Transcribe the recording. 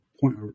point